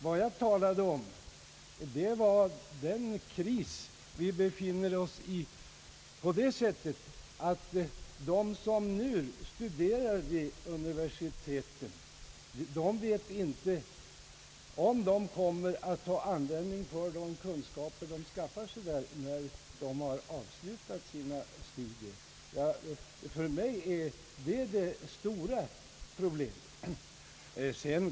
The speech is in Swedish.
Vad jag talade om var den kris vi befinner oss i på det sättet, att de som nu studerar vid universiteten inte vet om de kommer att få användning för de kunskaper de skaffat sig när de har avslutat sina studier. För mig är detta det stora problemet.